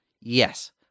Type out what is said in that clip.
Yes